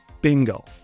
bingo